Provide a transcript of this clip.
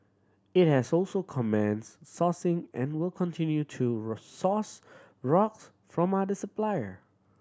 it has also commenced sourcing and will continue to resource rocks from other supplier